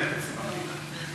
לתקציב המדינה.